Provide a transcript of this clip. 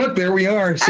but there we are!